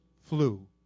flu